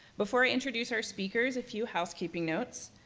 before i introduce our speakers, a few housekeeping notes.